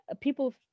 people